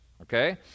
okay